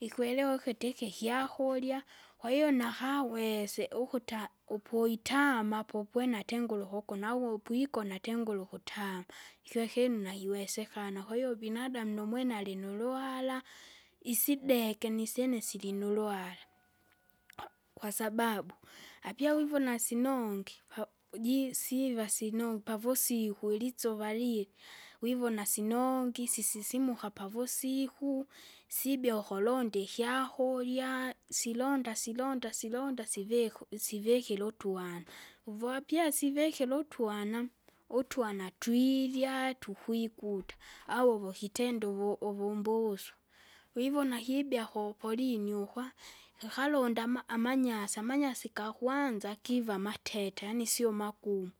ikwelewa iki kyakurya. Kwahiyo nakawese ukuta upuitama apo upwene atengure ukuku navo upwikona atengure ukutama. ikyo ikinunu najiwesekana, kwahiyo binadamu numwene alinuluhara. Isideke nisyene silinuluhara, kwasababu, apia uwivona sinonge pa- uji- siva sinogi pavusiku, ilitsuva lila, wivona sinongi sisisimuka pavusiku, sibyea ukulonda ikyakurya, silonda silonda silonda sivika u- sivikire utwana, uvuapyasi vekera utwanamu, utwana twiirya tukwikuta. Au vikitenda uvu- uvumbusu, wivona kibya ku- polini ukwa, ikikalonda ama- amanyasi, amanyasi gakwanza giva amateta yaani sio magumu.